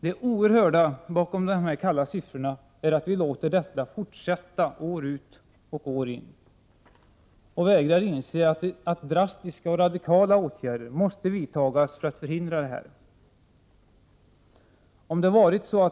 Det oerhörda bakom dessa kalla siffror är att vi låter detta fortsätta år ut och år in och vägrar att inse att drastiska och radikala åtgärder måste vidtas 158 för att förhindra det.